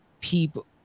people